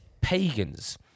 pagans